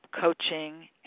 coaching